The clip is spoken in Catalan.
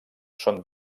són